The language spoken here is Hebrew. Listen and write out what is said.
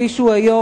כפי שהוא היום,